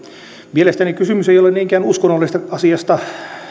mielestäni kysymys ei ole niinkään uskonnollisesta asiasta